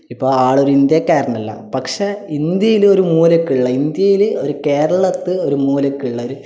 ഇപ്പോൾ ആളൊരു ഇന്ത്യക്കാരനല്ല പക്ഷെ ഇന്ത്യയിൽ ഒരു മൂലക്കുള്ള ഇന്ത്യയിൽ ഒരു കേരളത്ത് ഒരു മൂലക്കുള്ള ഒരു